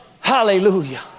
Hallelujah